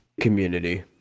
Community